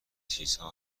چیزها